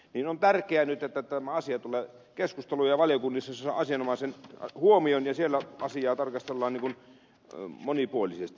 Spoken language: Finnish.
on tärkeää nyt että tämä asia tulee keskusteluun ja valiokunnissa se saa asianomaisen huomion ja siellä asiaa tarkastellaan monipuolisesti